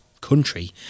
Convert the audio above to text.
country